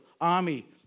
army